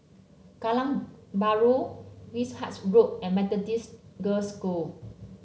Geylang Bahru Wishart Road and Methodist Girls' School